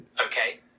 Okay